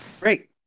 great